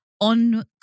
On